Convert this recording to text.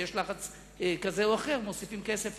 כשיש לחץ כזה או אחר מוסיפים כסף,